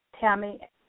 Tammy